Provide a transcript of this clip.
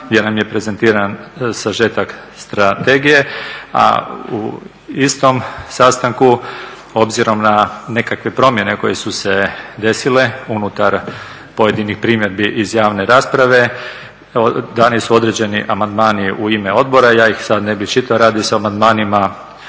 gdje nam je prezentiran sažetak strategije, a u istom sastanku obzirom na nekakve promjene koje su se desile unutar pojedinih primjedbi iz javne rasprave dani su određeni amandmani u ime odbora. Ja ih sad ne bih čitao, radi se o amandmanima